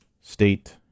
State